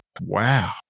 wow